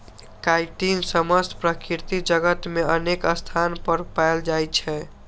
chitin समस्त प्रकृति जगत मे अनेक स्थान पर पाएल जाइ छै